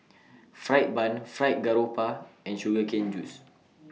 Fried Bun Fried Garoupa and Sugar Cane Juice